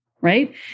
right